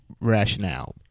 rationale